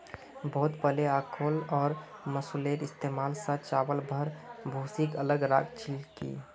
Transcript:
बहुत पहले ओखल और मूसलेर इस्तमाल स चावल आर भूसीक अलग राख छिल की